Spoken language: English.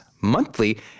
Monthly